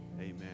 Amen